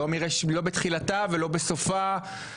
לא בתחילתה ולא בסופה,